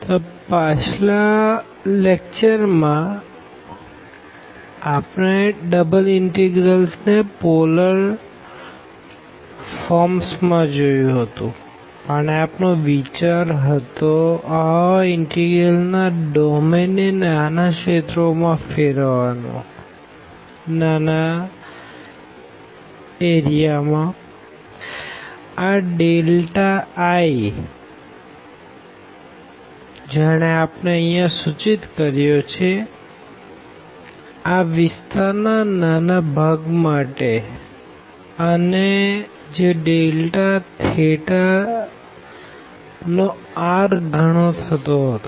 તોપાછલા વ્યાખ્યાન માં આપણે ડબલ ઇનટીગ્રલ્સ ને પોલર રૂપ માં જોયું હતું અને આપનો વિચાર હતો આવા ઇનટેગરલ ના ડોમેન ને નાના રીજિયનો માં ફેરવવાનો આ ડેલ્ટા i જેને આપણે અહિયાં સૂચિત કર્યો છે આ વિસ્તાર ના નાના ભાગ માટે અને જે ડેલ્ટા થેટા નો r ગણો થતો હતો